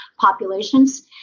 populations